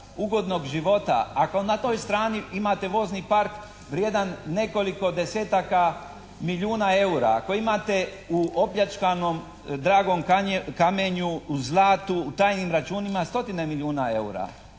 ugodnog života, ako na toj strani imate vozni park vrijedan nekoliko desetaka milijuna eura, ako imate u opljačkanom dragom kamenju, u zlatu, u tajnim računima stotine milijuna eura,